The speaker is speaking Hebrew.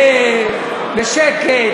בשקט,